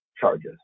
charges